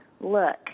look